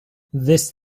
this